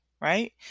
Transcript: right